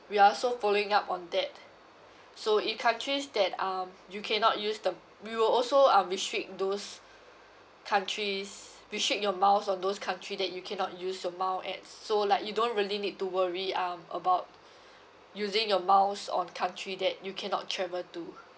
we're also following up on that so if countries that um you cannot use the we will also um restrict those countries restrict your miles on those country that you cannot use your miles at so like you don't really need to worry um about using your miles on the country that you cannot travel to